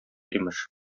имеш